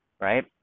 right